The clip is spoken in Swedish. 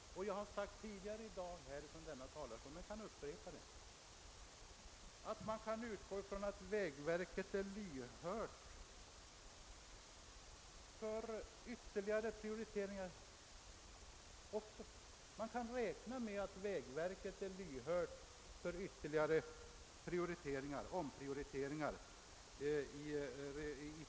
Jag har sagt tidigare i dag men kan upprepa det, att man kan utgå från att vägverket är lyhört för förslag angående omprioriteringar när det gäller bidragen till denna region.